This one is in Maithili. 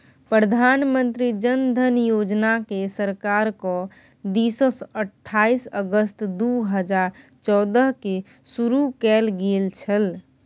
प्रधानमंत्री जन धन योजनाकेँ सरकारक दिससँ अट्ठाईस अगस्त दू हजार चौदहकेँ शुरू कैल गेल छल